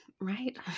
Right